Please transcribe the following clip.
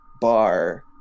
bar